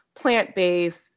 plant-based